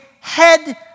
head